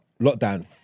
lockdown